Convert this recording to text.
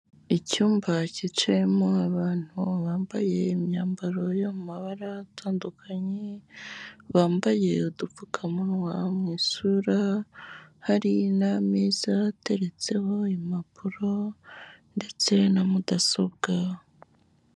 Icyumba cyicayemo abantu bambaye imyambaro yo mu mabara atandukanye, bambaye udupfukamunwa mu isura, hari n'ameza ateretseho impapuro ndetse na mudasobwa.